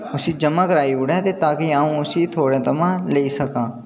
उसी ज'मा करोआई ओड़ै तां कि अ'ऊं उसी थुआढ़े थमां लेई सकां